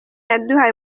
yaduhaye